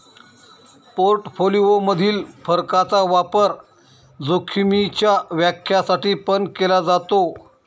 portfolio मधील फरकाचा वापर जोखीमीच्या व्याख्या साठी पण केला जातो